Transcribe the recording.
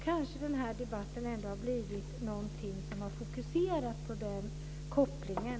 Kanske kan den här debatten ha bidragit till en fokusering på den kopplingen.